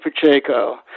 Pacheco